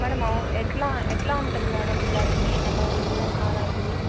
madam ఎలా ఎలా ఉంటుంది మేడం దాని అమౌంటు అలాంటివి